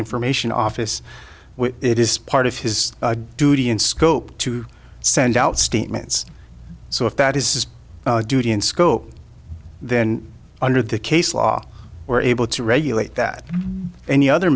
information office which it is part of his duty in scope to send out statements so if that is a duty in scope then under the case law were able to regulate that any other